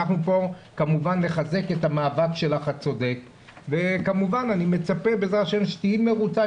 אנחנו כאן כמובן נחזק את מאבקך הצודק וכמובן אני מצפה שתהיי מרוצה,